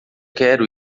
quero